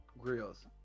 Grills